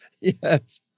Yes